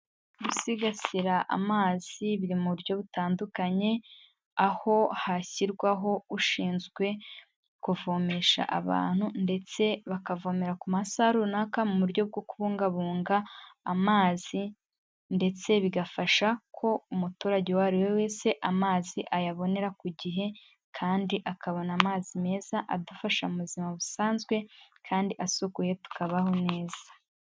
Gusigasira amazi biri mu buryo butandukanye, aho hashyirwaho ushinzwe kuvomesha abantu ndetse bakavomera ku masaaha runaka mu buryo bwo kubungabunga amazi, ndetse bigafasha ko umuturage uwo ari we wese amazi ayabonera ku gihe kandi akabona amazi meza adufasha mu buzima busanzwe kandi asukuye, tukabaho neza.